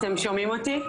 אתם שומעים אותי?